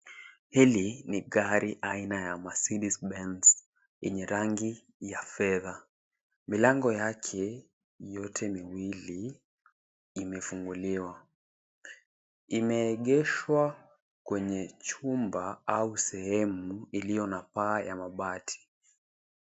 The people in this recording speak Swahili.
Hili ni gari aina ya Mercedes benz yenye rangi ya fedha. Milango yake yote miwili imefunguliwa. Imeegeshwa kwenye chumba au sehemu iliyo na paa ya mabati.